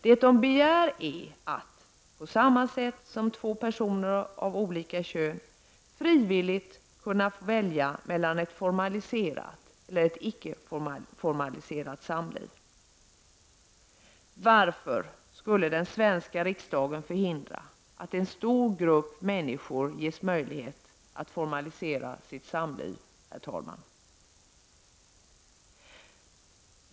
Det de begär är att — på samma sätt som två personer av olika kön — frivilligt kunna välja mellan ett formaliserat och ett icke-formaliserat samliv. Varför skulle den svenska riksdagen förhindra att en stor grupp människor ges möjlighet att formalisera sitt samliv?